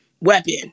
weapon